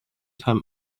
time